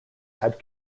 had